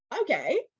okay